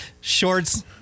shorts